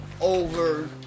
over